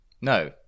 No